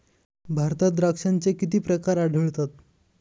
भारतात द्राक्षांचे किती प्रकार आढळतात?